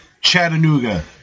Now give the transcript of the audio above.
Chattanooga